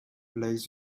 plays